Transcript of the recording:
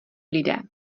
lidé